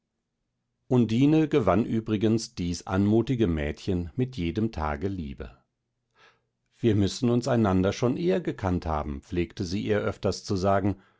undine gewann übrigens dies anmutige mädchen mit jedem tage lieber wir müssen uns einander schon eher gekannt haben pflegte sie ihr öfters zu sagen